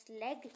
leg